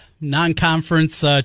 non-conference